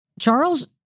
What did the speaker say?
Charles